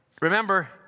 remember